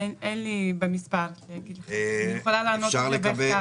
אין לי במספר להגיד לך, אני יכולה לענות לך בכתב.